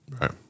Right